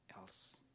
else